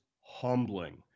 humbling